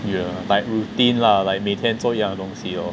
yeah by routine lah like 每天一样的东西 lor